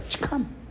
Come